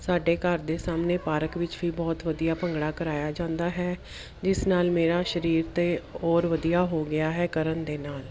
ਸਾਡੇ ਘਰ ਦੇ ਸਾਹਮਣੇ ਪਾਰਕ ਵਿੱਚ ਵੀ ਬਹੁਤ ਵਧੀਆ ਭੰਗੜਾ ਕਰਵਾਇਆ ਜਾਂਦਾ ਹੈ ਜਿਸ ਨਾਲ ਮੇਰਾ ਸਰੀਰ ਦੇ ਔਰ ਵਧੀਆ ਹੋ ਗਿਆ ਹੈ ਕਰਨ ਦੇ ਨਾਲ